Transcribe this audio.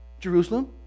Jerusalem